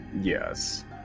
yes